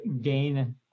gain